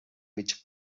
mig